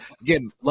again